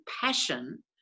passion